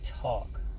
talk